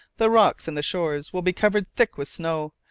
the rocks and the shores will be covered thick with snow,